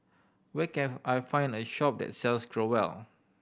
where can I find a shop that sells Growell